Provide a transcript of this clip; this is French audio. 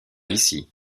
ici